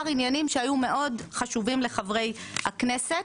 עניינים שהיו מאוד חשובים לחברי הכנסת.